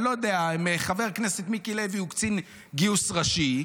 וחבר הכנסת מיקי לוי הוא קצין גיוס ראשי,